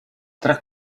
tra